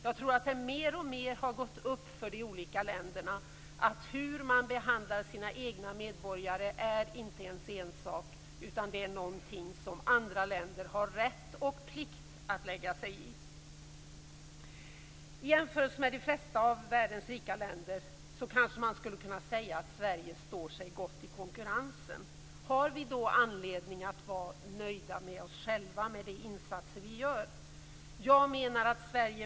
Jag tror att det mer och mer har gått upp för de olika länderna att hur man behandlar sina egna medborgare inte är ens ensak, utan det är någonting som andra länder har rätt och plikt att lägga sig i. I jämförelse med de flesta av världens rika länder kan man säga att Sverige står sig gott i konkurrensen. Har vi då anledning att vara nöjda med oss själva och med de insatser som vi gör?